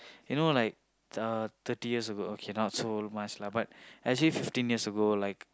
you know like uh thirty years ago okay not so much lah but actually fifteen years ago like